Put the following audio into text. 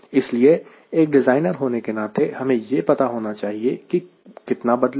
इसलिए एक डिज़ाइनर होने के नाते हमें यह पता होना चाहिए कि वह कितना बदलेगा